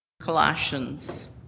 Colossians